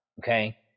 okay